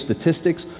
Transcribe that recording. statistics